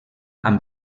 amb